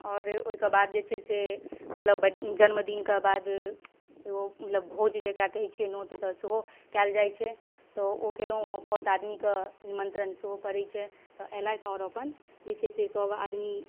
आओर ओइके बाद जे छै से मतलब जन्मदिनके बाद एगो मतलब भोज जकरा कहै छियै नोत तऽ सेहो कयल जाइ छै तऽ ओ केलहुँ ओइमे बहुत आदमीके निमन्त्रण सेहो पड़ै छै तऽ अयलथि आओर अपन जे छै से सब आदमी